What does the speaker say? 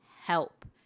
help